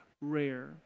rare